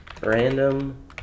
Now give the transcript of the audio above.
Random